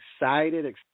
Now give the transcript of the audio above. excited